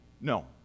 No